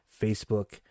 Facebook